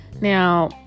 Now